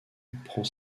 prend